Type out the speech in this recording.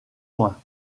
loin